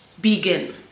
begin